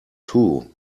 two